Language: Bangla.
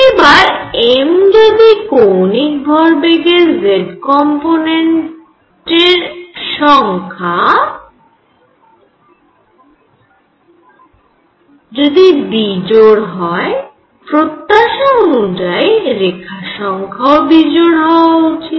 এবার m অর্থাৎ কৌণিক ভরবেগের z কম্পোনেন্টের সংখ্যা যদি বিজোড় হয় প্রত্যাশা অনুযায়ী রেখার সংখ্যাও বিজোড় হওয়া উচিত